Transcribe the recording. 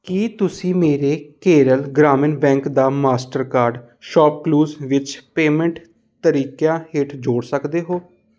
ਕੀ ਤੁਸੀਂਂ ਮੇਰੇ ਕੇਰਲ ਗ੍ਰਾਮੀਣ ਬੈਂਕ ਦਾ ਮਾਸਟਰਕਾਰਡ ਸ਼ੌਪਕਲੂਜ਼ ਵਿੱਚ ਪੇਮੈਂਟ ਤਰੀਕਿਆਂ ਹੇਠ ਜੋੜ ਸਕਦੇ ਹੋ